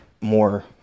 more